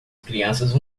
crianças